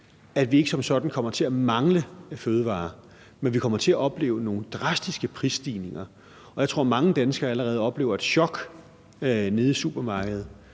at vi ikke som sådan kommer til at mangle fødevarer, men vi kommer til at opleve nogle drastiske prisstigninger. Jeg tror, mange danskere allerede oplever et chok nede i supermarkedet.